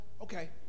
Okay